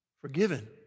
forgiven